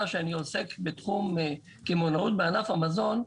שאני עוסק בתחום קמעונאות בענף המזון,